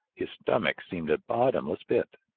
his stomach seemed a bottomless pit.